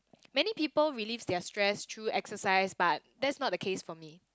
many people relieves their stress through exercise but that's not the case for me